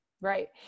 Right